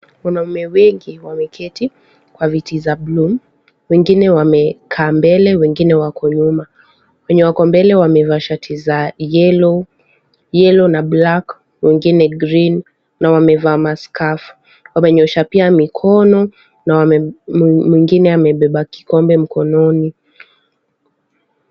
Wanaume wengi wameketi kwa viti za buluu. Wengine wamekaa mbele wengine wako nyuma. Wenye wako mbele wamevaa shati za yellow na black , wengine green na wamevaa mscrurf . Wamenyosha pia mikono na mwingine amebeba kikombe mkononi.